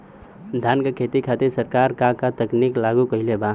धान क खेती खातिर सरकार का का तकनीक लागू कईले बा?